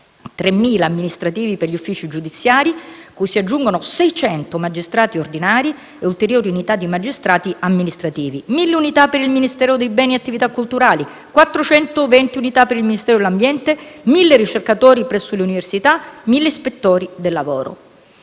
3.000 amministrativi per gli uffici giudiziari, cui si aggiungono 600 magistrati ordinari e ulteriori unità di magistrati amministrativi; 1.000 unità per il Ministero per i beni e le attività culturali; 420 unità per il Ministero dell'ambiente e della tutela del territorio e del mare; 1.000 ricercatori presso le università; 1.000 ispettori del lavoro.